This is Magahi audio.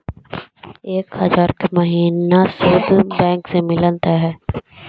एक हजार के महिना शुद्ध बैंक से मिल तय?